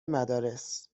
مدارس